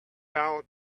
fell